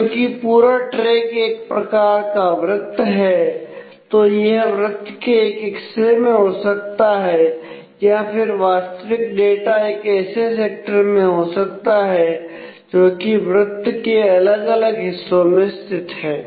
क्योंकि पूरा ट्रैक एक प्रकार का वृत्त है तो यह वृत्त के एक हिस्से में हो सकता है या फिर वास्तविक डाटा एक ऐसे सेक्टर में हो सकता है जो कि वृत्त के अलग अलग हिस्सों में स्थित है